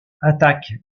attaquent